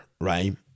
right